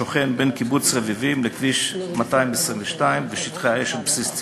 שוכן בין קיבוץ רביבים לכביש 222 בשטחי האש של בסיס צאלים.